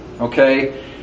okay